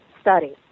study